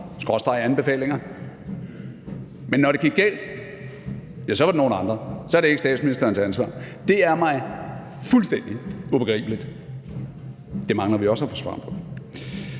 skråstreg anbefalinger, men når det gik galt, ja, så var det nogle andres ansvar, så var det ikke statsministerens ansvar? Det er mig fuldstændig ubegribeligt. Det mangler vi også at få svar på.